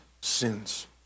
sins